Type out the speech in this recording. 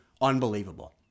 unbelievable